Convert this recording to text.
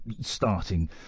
starting